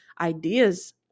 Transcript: ideas